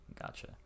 Gotcha